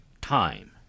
time